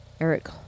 Eric